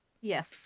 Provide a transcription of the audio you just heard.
Yes